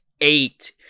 eight